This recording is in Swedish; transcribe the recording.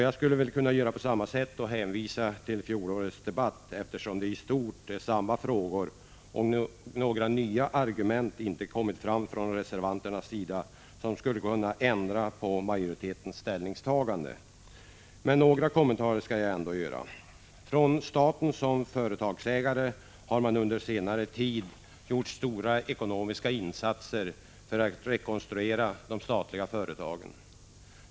Jag skulle väl kunna göra på motsvarande sätt och hänvisa till fjolårets debatt eftersom diskussionen i stort rör samma frågor, och reservanterna inte kommit fram med några nya argument som skulle kunna ändra på majoritetens ställningstagande. Men några kommentarer skall jag ändå göra. Staten som företagsägare har under senare tid gjort stora ekonomiska insatser för att rekonstruera de statliga företagen.